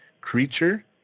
creature